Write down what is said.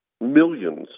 Millions